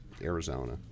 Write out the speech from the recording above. Arizona